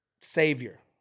savior